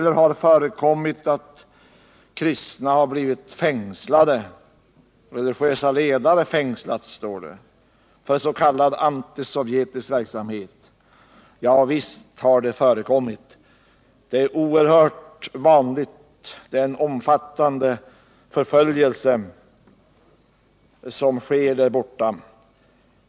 Det har ”förekommit att religiösa ledare fängslats för s.k. antisovjetisk verksamhet”. Ja, visst har det förekommit, och det är oerhört vanligt. Det sker en omfattande förföljelse där borta.